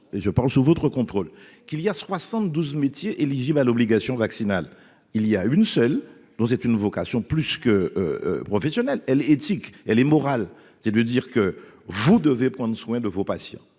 et je parle sous votre contrôle, qu'il y a 72 métiers éligibles à l'obligation vaccinale il y a une seule non, c'est une vocation plus que professionnel éthique, elle est morale, c'est de dire que vous devez prendre soin de vos patients